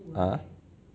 ah